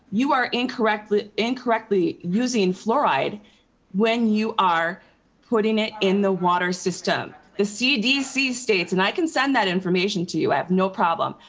you are incorrectly incorrectly using fluoride when you are putting it in the water system. the cdc states, and i can send that information to you. i have no problem.